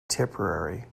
tipperary